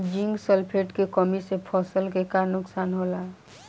Zinc sulphate के कमी से फसल के का नुकसान होला?